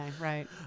Right